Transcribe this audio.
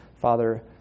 Father